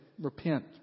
repent